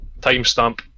timestamp